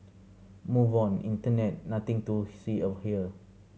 move on internet nothing to see of here